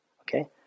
Okay